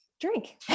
drink